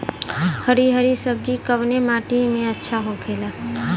हरी हरी सब्जी कवने माटी में अच्छा होखेला?